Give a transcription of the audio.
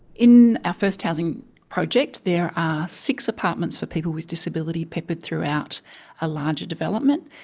in our first housing project there are six apartments for people with disability peppered throughout a larger development.